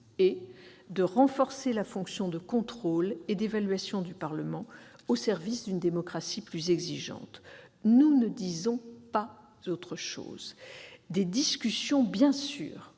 et de « renforcer la fonction de contrôle et d'évaluation du Parlement au service d'une démocratie plus exigeante ». Nous ne disons pas autre chose ! Bien sûr,